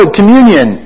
communion